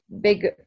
big